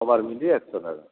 সবার মিলিয়ে একশো টাকা